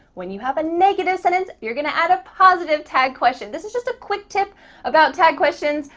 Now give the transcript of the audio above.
when you have a negative sentence, you're gonna add a positive tag question. this is just a quick tip about tag questions.